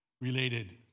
related